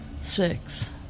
Six